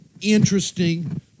interesting